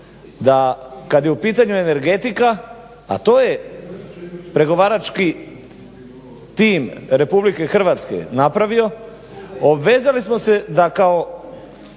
da kada je u pitanju energetika, a to je pregovarački tim RH napravio, obvezali smo se da kao